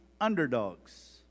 underdogs